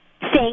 thank